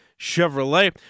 Chevrolet